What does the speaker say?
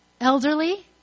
elderly